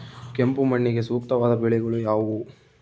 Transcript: ಕೆಂಪು ಮಣ್ಣಿಗೆ ಸೂಕ್ತವಾದ ಬೆಳೆಗಳು ಯಾವುವು?